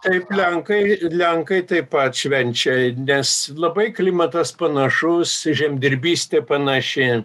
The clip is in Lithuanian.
taip lenkai lenkai taip pat švenčia nes labai klimatas panašus žemdirbystė panaši